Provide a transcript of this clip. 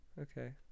Okay